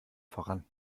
voran